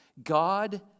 God